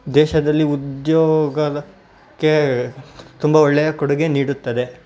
ದೇಶದಲ್ಲಿ ಉದ್ಯೋಗದ ಕೆ ತುಂಬ ಒಳ್ಳೆಯ ಕೊಡುಗೆ ನೀಡುತ್ತದೆ